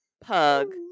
Pug